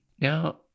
Now